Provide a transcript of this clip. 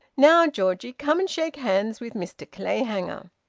now, georgie, come and shake hands with mr clayhanger.